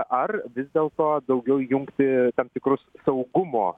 ar vis dėlto daugiau įjungti tam tikrus saugumo